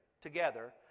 together